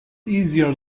easier